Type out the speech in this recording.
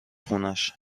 خونش